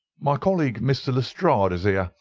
my colleague, mr. lestrade, is here.